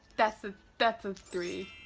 that's ah that's a three.